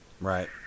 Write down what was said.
Right